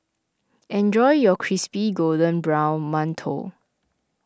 enjoy your Crispy Golden Brown Mantou